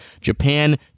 Japan